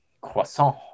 croissant